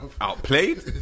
outplayed